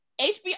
HBO